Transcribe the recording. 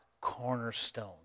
cornerstone